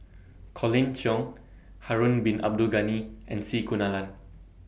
Colin Cheong Harun Bin Abdul Ghani and C Kunalan